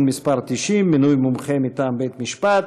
מס' 90) (מינוי מומחה מטעם בית-המשפט).